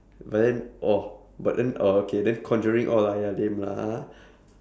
but then oh but then oh okay then conjuring all !aiya! lame lah ha